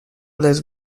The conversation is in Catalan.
les